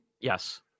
Yes